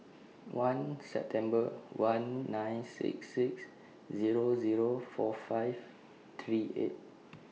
one September one nine six six Zero Zero four five three eight